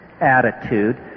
attitude